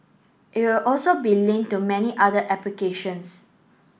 it would also be linked to many other applications